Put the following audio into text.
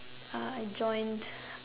Ah I joined